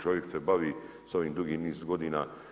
Čovjek se bavi s ovim dugi niz godina.